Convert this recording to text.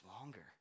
longer